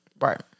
Right